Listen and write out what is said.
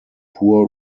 poor